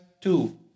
Two